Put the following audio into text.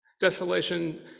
Desolation